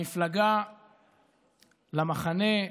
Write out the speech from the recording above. למפלגה, למחנה,